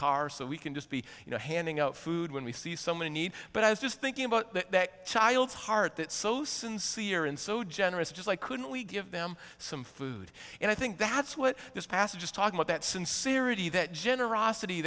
car so we can just be you know handing out food when we see so many need but i was just thinking about that child's heart that so sincere and so generous just like couldn't we give them some food and i think that's what this passage is talking with that sincerity that generosity